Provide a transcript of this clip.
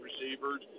receivers